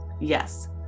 Yes